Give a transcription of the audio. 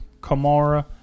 Kamara